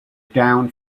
down